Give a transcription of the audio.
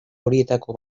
horietako